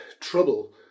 trouble